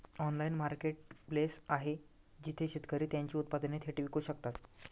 Online marketplace आहे जिथे शेतकरी त्यांची उत्पादने थेट विकू शकतात?